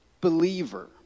believer